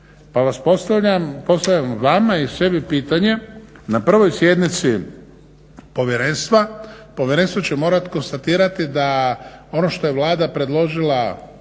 Pa postavljam vama i sebi pitanje na prvoj sjednici povjerenstva povjerenstvo će morati konstatirati da ono što je Vlada predložila